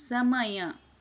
ಸಮಯ